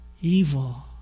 Evil